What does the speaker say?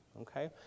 Okay